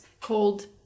called